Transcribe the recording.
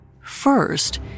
first